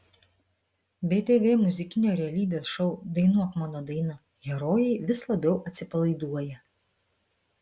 btv muzikinio realybės šou dainuok mano dainą herojai vis labiau atsipalaiduoja